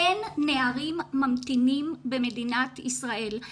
אין נערים ממתינים במדינת ישראל.